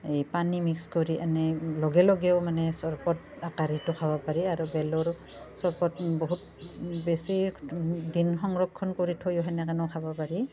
এই পানী মিক্স কৰি এনে লগে লগেও মানে চৰবত আকাৰেও খাব পাৰি আৰু বেলৰ চৰবত বহুত বেছি দিন সংৰক্ষণ কৰি থৈ হেনেকেনু খাব পাৰি